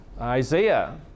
Isaiah